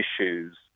issues